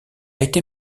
été